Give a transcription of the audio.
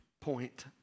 point